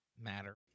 matter